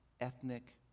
ethnic